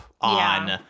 on